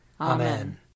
Amen